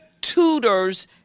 tutors